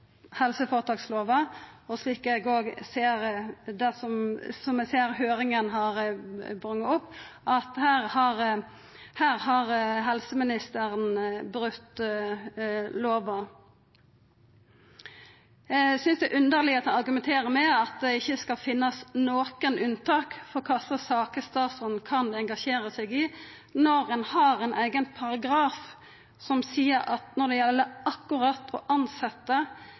helseføretakslova, og slik eg også ser det som har kome opp i høyringa, at helseministeren har brote lova. Eg synest det er underleg at ein argumenterer med at det ikkje skal finnast nokon unntak for kva slags saker statsråden kan engasjera seg i, når ein har ein eigen paragraf som seier at når det gjeld å